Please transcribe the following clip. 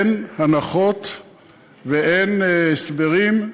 אין הנחות ואין הסברים,